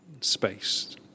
space